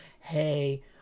hey